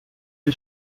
est